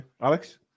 Alex